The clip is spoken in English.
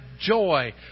joy